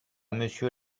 monsieur